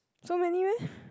so many meh